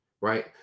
right